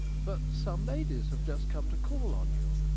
but some ladies have just come to call on you